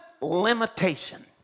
limitation